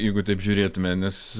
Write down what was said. jeigu taip žiūrėtume nes